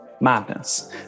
madness